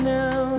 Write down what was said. now